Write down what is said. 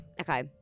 okay